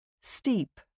Steep